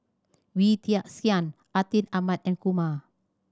Wee Tian Siak Atin Amat and Kumar